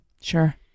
Sure